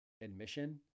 admission